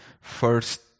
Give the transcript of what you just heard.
first